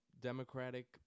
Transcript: Democratic